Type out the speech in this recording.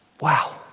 Wow